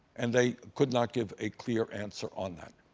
and they could not give a clear answer on that.